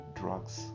drugs